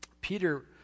Peter